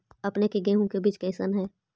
अपने के गेहूं के बीज कैसन है?